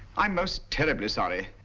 i'm most terribly sorry.